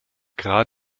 grad